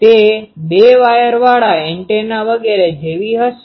તે બે વાયરવાળા એન્ટેના વગેરે જેવી હશે